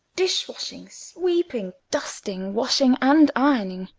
dishwashing, sweeping, dusting, washing, and ironing,